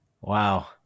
Wow